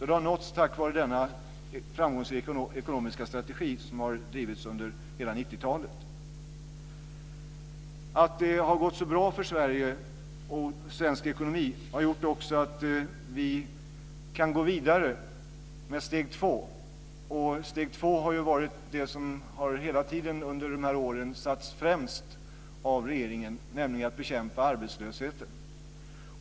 Den har nåtts tack vare denna framgångsrika ekonomiska strategi som har drivits under hela 90-talet. Att det har gått så bra för Sverige och svensk ekonomi har också gjort att vi kan gå vidare med steg två. Steg två har varit det som hela tiden under de här åren har satts främst av regeringen, nämligen att bekämpa arbetslösheten.